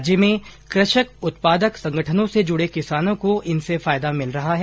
राज्य में कृषक उत्पादक संगठनों से जुड़े किसानों को इनसे फायदा मिल रहा है